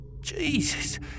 Jesus